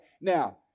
Now